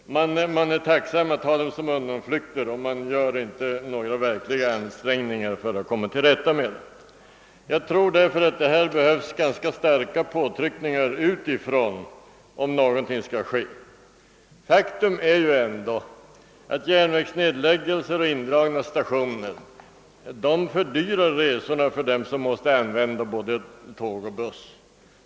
Man är kanske tacksam för att ha detta som undanflykt och gör inte några verkliga ansträngningar för att komma till rätta med problemen. Därför tror jag att det behövs ganska stora påtryckningar utifrån för att någonting skall ske. Faktum är ändå att järnvägsnedläggningar och indragning av stationer fördyrar resorna för dem som måste använda både tåg och buss.